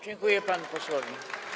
Dziękuję panu posłowi.